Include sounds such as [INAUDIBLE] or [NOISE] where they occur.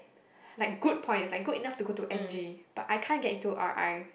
[BREATH] like good points like good enough to go to N_J but I can't get into R_I